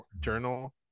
journal